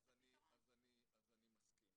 אז אני מסכים.